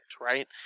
right